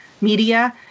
media